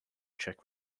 czech